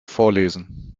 vorlesen